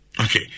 Okay